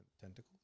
tentacles